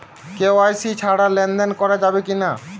KYC ছাড়া লেনদেন করা যাবে কিনা?